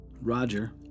Roger